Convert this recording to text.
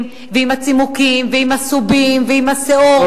ועם הצימוקים ועם הסובין ועם השאור,